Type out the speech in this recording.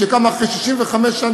שקמה אחרי 65 שנה,